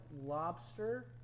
lobster